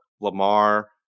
Lamar